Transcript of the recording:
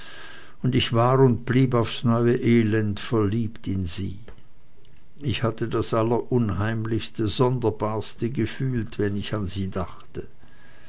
und ich war und blieb aufs neue elend verliebt in sie ich hatte das allerunheimlichste sonderbarste gefühl wenn ich an sie dachte